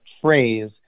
phrase